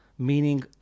meaning